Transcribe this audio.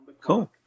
Cool